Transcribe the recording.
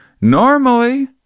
normally